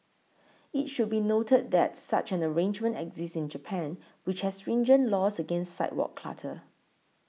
it should be noted that such an arrangement exists in Japan which has stringent laws against sidewalk clutter